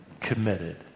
committed